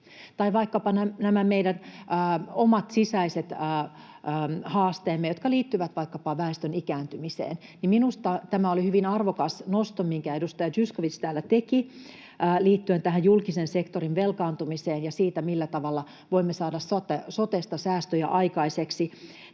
tai vaikkapa nämä meidän omat sisäiset haasteemme, jotka liittyvät vaikkapa väestön ikääntymiseen... Minusta tämä oli hyvin arvokas nosto, minkä edustaja Zyskowicz täällä teki liittyen julkisen sektorin velkaantumiseen ja siihen, millä tavalla voimme saada sotesta säästöjä aikaiseksi.